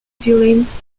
villains